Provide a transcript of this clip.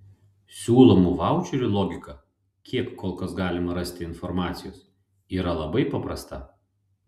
siūlomų vaučerių logika kiek kol kas galima rasti informacijos yra labai paprasta